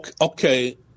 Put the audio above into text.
Okay